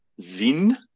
Zin